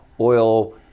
Oil